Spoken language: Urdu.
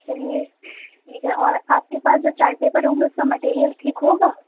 چلیے ٹھیک ہے اور آپ کے پاس جو چارٹ پیپر ہوں گے اُس کا مٹیریل ٹھیک ہوگا